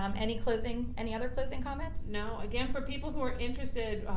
um any closing, any other closing comments? no, again for people who are interested,